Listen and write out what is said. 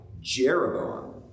Jeroboam